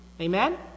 Amen